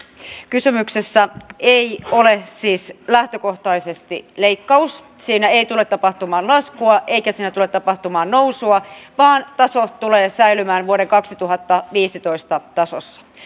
kysymyksessä ei ole siis lähtökohtaisesti leikkaus siinä ei tule tapahtumaan laskua eikä siinä tule tapahtumaan nousua vaan taso tulee säilymään vuoden kaksituhattaviisitoista tasossa